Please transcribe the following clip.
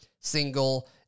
single